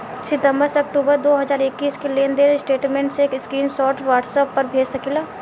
सितंबर से अक्टूबर दो हज़ार इक्कीस के लेनदेन स्टेटमेंट के स्क्रीनशाट व्हाट्सएप पर भेज सकीला?